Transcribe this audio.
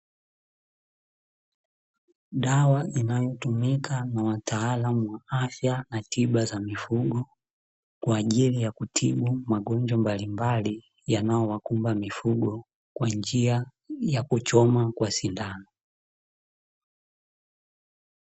Dawa inayotumika na wataalamu wa afya na tiba za mifugo, kwa ajili ya kutibu magonjwa mbalimbali yanayo wakumba mifugo, kwa njia ya kuchoma kwa sindano.